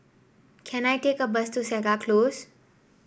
can I take a bus to Segar Close